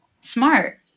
smart